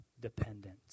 dependent